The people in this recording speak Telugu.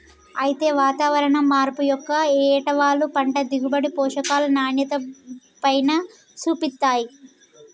అయితే వాతావరణం మార్పు యొక్క ఏటవాలు పంట దిగుబడి, పోషకాల నాణ్యతపైన సూపిస్తాయి